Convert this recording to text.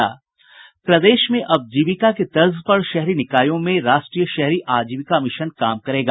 प्रदेश में अब जीविका की तर्ज पर शहरी निकायों में राष्ट्रीय शहरी आजीविका मिशन काम करेगा